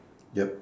yup